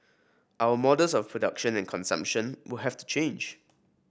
our models of production and consumption will have to change